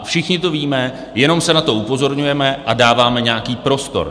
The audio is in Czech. Všichni to víme, jenom na to upozorňujeme a dáváme nějaký prostor.